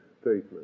statement